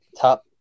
top